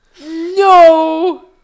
no